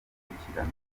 gukurikirana